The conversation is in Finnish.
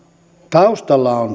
taustalla on